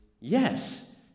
yes